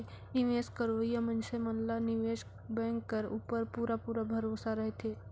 निवेस करोइया मइनसे मन ला निवेस बेंक कर उपर पूरा पूरा भरोसा रहथे